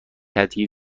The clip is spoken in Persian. هدیه